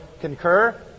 concur